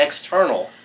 external